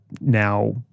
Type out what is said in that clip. now